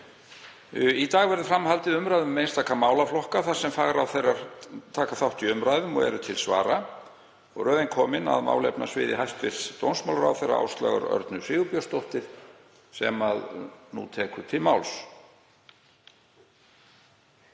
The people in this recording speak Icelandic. Í dag verður fram haldið umræðum um einstaka málaflokka þar sem fagráðherrar taka þátt í umræðum og eru til svara. Röðin er komin að málefnasviði hæstv. dómsmálaráðherra Áslaugar Örnu Sigurbjörnsdóttur sem nú tekur til máls.